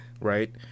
Right